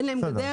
אין להם גדר,